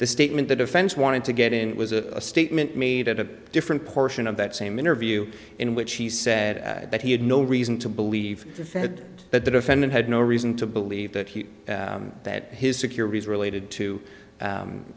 the statement the defense wanted to get in was a statement made at a different portion of that same interview in which he said that he had no reason to believe the fed that the defendant had no reason to believe that he that his securities related to